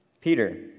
Peter